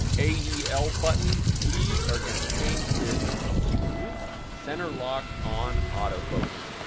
ael button we are going to change this to center lock on auto focus.